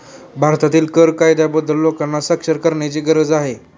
भारतीय कर कायद्याबद्दल लोकांना साक्षर करण्याची गरज आहे